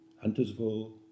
Huntersville